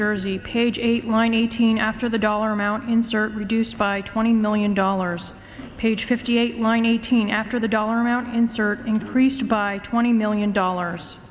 jersey page eight line eighteen after the dollar amount insert reduced by twenty million dollars page fifty eight line eighteen after the dollar amounts are increased by twenty million dollars